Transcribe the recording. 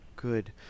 Good